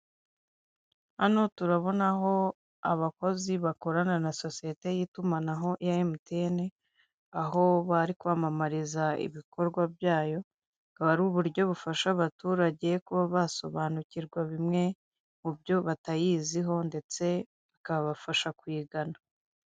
Hano turabonaho abakozi bakorana na sosiyete y'itumanaho ya emutiyeni, aho bari kwamamariza ibikorwa byayo, akaba ari uburyo bufasha abaturage kuba basobanukirwa bimwe mu byo batayiziho ndetse bikabafasha kuyigana.